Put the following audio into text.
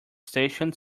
stationed